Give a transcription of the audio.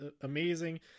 amazing